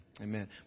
Amen